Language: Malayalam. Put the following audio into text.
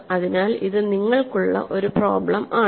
അതിനാൽ ഇത് നിങ്ങൾക്കുള്ള ഒരു പ്രോബ്ലം ആണ്